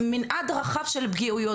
מנעד רחב מאוד של פגיעות,